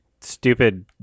stupid